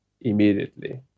immediately